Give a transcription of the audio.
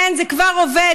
כן, זה כבר עובד.